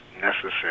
necessary